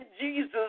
Jesus